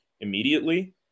immediately